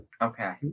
Okay